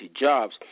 jobs